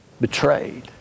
Betrayed